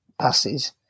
passes